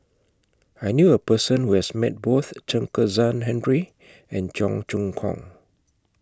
I knew A Person Who has Met Both Chen Kezhan Henri and Cheong Choong Kong